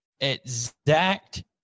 exact